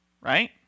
right